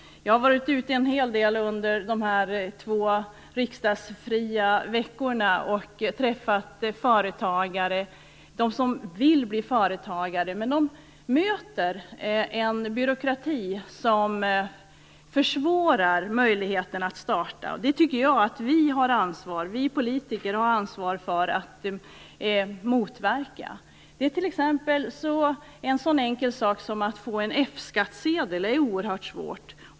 Jag har varit ute en hel del under de två riksdagsfria veckorna och träffat företagare och dem som vill bli företagare. De möter en byråkrati som försvårar möjligheterna starta företag. Det har vi politiker ansvar för att motverka, tycker jag. En så enkel sak som att få en F-skattsedel är oerhört svårt.